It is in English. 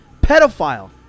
pedophile